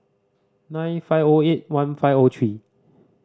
nine five O eight one five O three